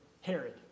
Herod